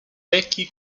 vecchi